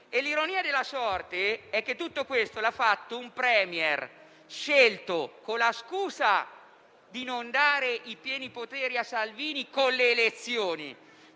L'ironia della sorte è che tutto questo è stato fatto da un *Premier* scelto con la scusa di non dare i pieni poteri a Salvini con le elezioni,